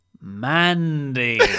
Mandy